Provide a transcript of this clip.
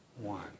one